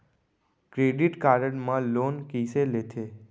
Credit card मा loan कइसे लेथे?